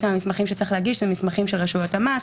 המסמכים שצריך להגיש אלו מסמכים של רשויות המס,